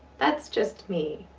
that's just me.